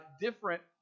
different